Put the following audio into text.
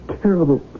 Terrible